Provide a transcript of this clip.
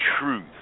truth